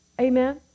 Amen